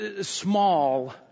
small